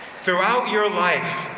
throughout your life,